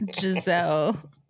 Giselle